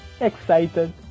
excited